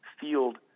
field